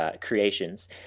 creations